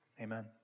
amen